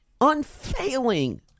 unfailing